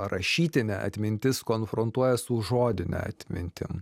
rašytinė atmintis konfrontuoja su žodine atmintim